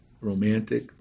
romantic